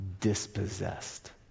dispossessed